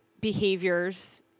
behaviors